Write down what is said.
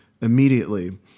immediately